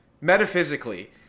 metaphysically